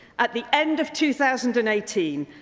at the end of two thousand and eighteen,